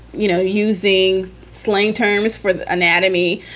you know, using slang terms for anatomy.